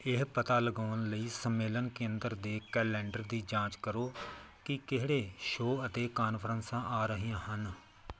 ਇਹ ਪਤਾ ਲਗਾਉਣ ਲਈ ਸੰਮੇਲਨ ਕੇਂਦਰ ਦੇ ਕੈਲੰਡਰ ਦੀ ਜਾਂਚ ਕਰੋ ਕਿ ਕਿਹੜੇ ਸ਼ੋਅ ਅਤੇ ਕਾਨਫਰੰਸਾਂ ਆ ਰਹੀਆਂ ਹਨ